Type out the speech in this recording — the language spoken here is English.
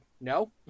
no